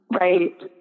Right